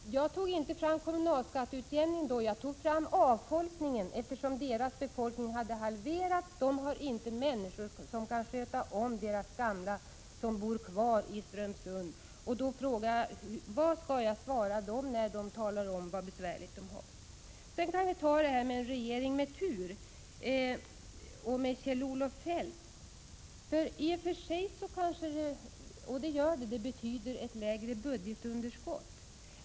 Jag tog inte upp kommunalskatteutjämningen, utan jag tog upp avfolkningen, eftersom befolkningen där uppe har halverats. Det finns inte människor som kan sköta om de gamla som bor kvar i Strömsund. Därför undrar jag vad jag skall säga till dem när de talar om hur besvärligt de har. När det gäller en regering med tur och med Kjell-Olof Feldt vill jag säga följande. Det betyder i och för sig ett lägre budgetunderskott.